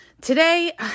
Today